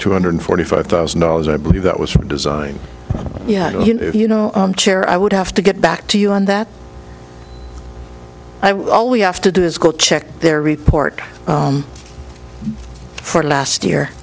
two hundred forty five thousand dollars i believe that was a design yeah you know chair i would have to get back to you on that i will we have to do is go check their report for last year